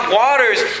waters